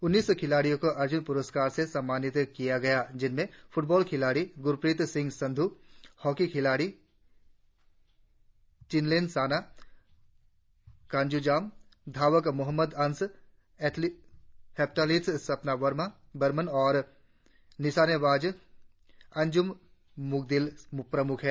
उन्नीस खिलाड़ियों को अर्जुन प्रस्कार से सम्मानित किया गया जिनमें फ्रंटबॉल खिलाड़ी गुरप्रीत सिंह संधु हॉकी खिलाड़ी चिंगलेनसाना कांगुजम धावक मोहम्मद अनस हैप्टाथलिट स्वप्ना बर्मन और निशानेबाज अंजुम मुदगिल प्रमुख हैं